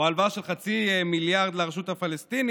או הלוואה של חצי מיליארד לרשות הפלסטינית,